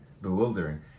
bewildering